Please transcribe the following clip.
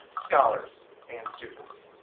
scholars and students.